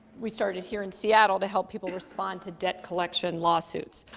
we started here in seattle to help people respond to debt collection lawsuits.